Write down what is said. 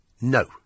No